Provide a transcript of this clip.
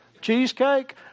cheesecake